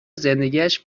زندگیاش